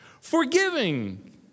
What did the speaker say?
Forgiving